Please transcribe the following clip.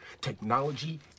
technology